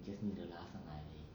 you just need to 拉上来而已